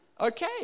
okay